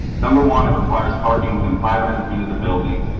number one, it requires parking within five hundred feet of the building.